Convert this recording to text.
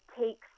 takes